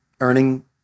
earning